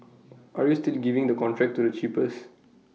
are you still giving the contract to the cheapest